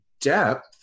depth